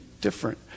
different